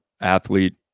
athlete